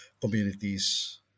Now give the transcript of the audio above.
communities